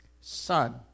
Son